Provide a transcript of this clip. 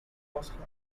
coastline